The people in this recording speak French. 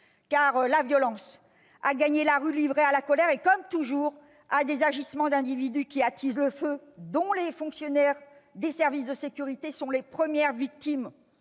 La violence a gagné la rue livrée à la colère et, comme toujours, à des agissements d'individus qui attisent le feu et dont les fonctionnaires des services de sécurité sont les premières victimes,